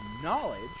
knowledge